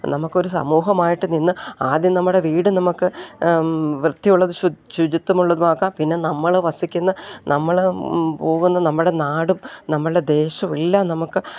നമുക്കൊരു സമൂഹമായിട്ട് നിന്ന് ആദ്യം നമ്മുടെ വീട് നമുക്ക് വൃത്തിയുള്ളത് ശു ശുചിത്വമുള്ളതുമാക്കാം പിന്നെ നമ്മൾ വസിക്കുന്ന നമ്മൾ പോകുന്ന നമ്മുടെ നാടും നമ്മളുടെ ദേശവും എല്ലാം നമുക്ക്